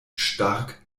stark